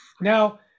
Now